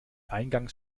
eingangs